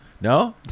No